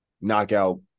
knockout